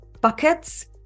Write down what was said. buckets